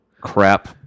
Crap